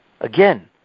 Again